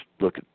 look